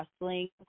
wrestling